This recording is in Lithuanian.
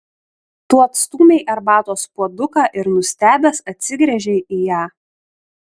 tu atstūmei arbatos puoduką ir nustebęs atsigręžei į ją